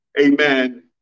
Amen